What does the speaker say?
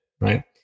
Right